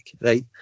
right